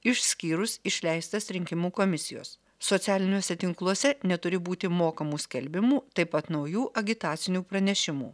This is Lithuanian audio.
išskyrus išleistas rinkimų komisijos socialiniuose tinkluose neturi būti mokamų skelbimų taip pat naujų agitacinių pranešimų